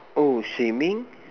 oh swimming